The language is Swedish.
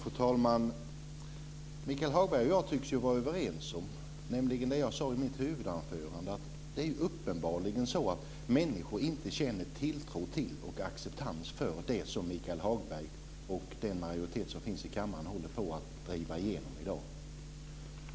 Fru talman! Michael Hagberg och jag tycks vara överens om det som jag sade i mitt huvudanförande, att människor uppenbarligen inte känner tilltro till och accepterar det som Michael Hagberg och majoriteten i kammaren håller på att driva igenom i dag.